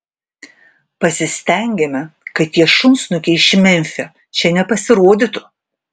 pasistengėme kad tie šunsnukiai iš memfio čia nepasirodytų